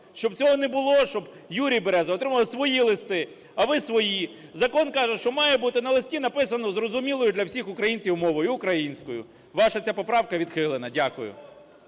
Щоб цього не було, щоб Юрій Береза отримував свої листи, а ви – свої, закон каже, що має бути на листі написано зрозумілою для всіх українців мовою – українською. Ваша ця поправка відхилена. Дякую.